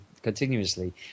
continuously